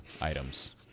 items